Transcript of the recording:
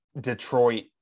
Detroit